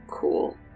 cool